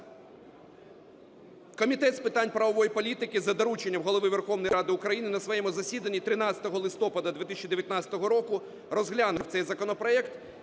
Комітет з питань правової політики за дорученням Голови Верховної Ради України на своєму засіданні 13 листопада 2019 року розглянув цей законопроект,